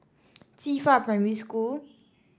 Qifa Primary School